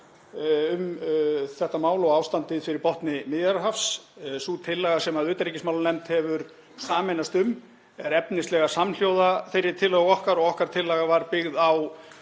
um þetta mál og ástandið fyrir botni Miðjarðarhafs. Sú tillaga sem utanríkismálanefnd hefur sameinast um er efnislega samhljóða þeirri tillögu okkar og okkar tillaga var byggð á